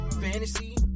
fantasy